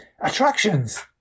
attractions